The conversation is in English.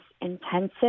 intensive